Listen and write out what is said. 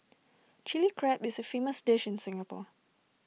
Chilli Crab is A famous dish in Singapore